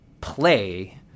play